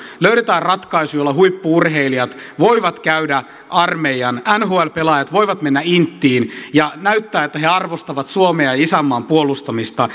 löydetään ratkaisu jolla huippu urheilijat voivat käydä armeijan nhl pelaajat voivat mennä inttiin ja näyttää että he arvostavat suomea ja isänmaan puolustamista